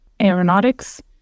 Aeronautics